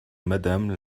madame